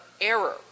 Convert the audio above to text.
error